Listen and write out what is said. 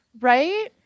right